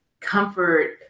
comfort